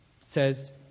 says